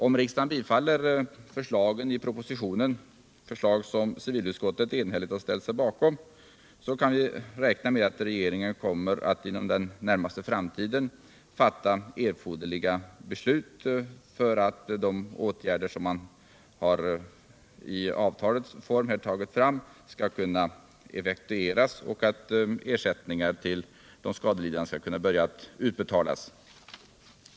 Om riksdagen bifaller förslagen i propositionen — förslag som civilutskottet enhälligt har ställt sig bakom — kan vi räkna med att regeringen kommer att inom den närmaste framtiden fatta erforderliga beslut för att de åtgärder, som man här i avtalets form fört fram, skall kunna effektucras och ersättningar till de skadelidande skall kunna börja utbetalas.